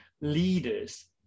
leaders